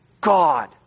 God